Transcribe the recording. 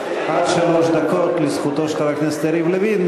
עד שלוש דקות לזכותו של חבר הכנסת יריב לוין,